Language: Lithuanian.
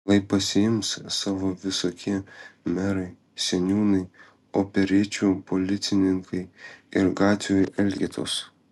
lai pasiims savo visokie merai seniūnai operečių policininkai ir gatvių elgetos